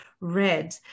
Red